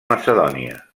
macedònia